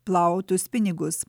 plautus pinigus